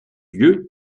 lieues